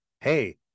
hey